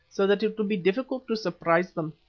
so that it will be difficult to surprise them.